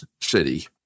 city